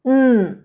mm